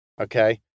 Okay